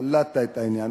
קלטת את העניין,